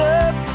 up